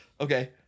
Okay